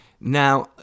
Now